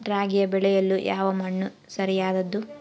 ರಾಗಿ ಬೆಳೆಯಲು ಯಾವ ಮಣ್ಣು ಸರಿಯಾದದ್ದು?